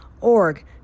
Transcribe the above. org